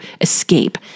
escape